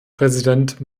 präsident